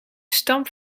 stam